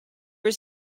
was